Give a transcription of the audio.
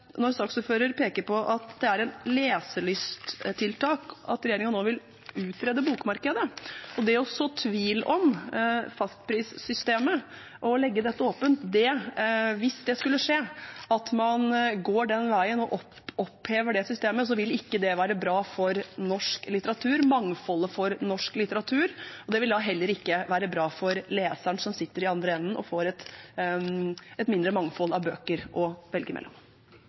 når saksordføreren peker på at det er et leselysttiltak at regjeringen nå vil utrede bokmarkedet. Det å så tvil om fastprissystemet og legge dette åpent – hvis det skulle skje at man går den veien og opphever det systemet – vil ikke være bra for norsk litteratur og mangfoldet i norsk litteratur. Det ville heller ikke være bra for leseren, som sitter i den andre enden og får et mindre mangfold av bøker